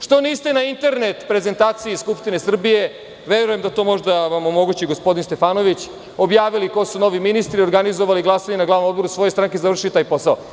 Što niste na internet prezentaciji Skupštine Srbije, verujem da to može da vam omogući gospodin Stefanović, objavili ko su novi ministri, organizovali glasanje na glavnom odboru svoje stranke, završili taj posao?